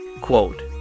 Quote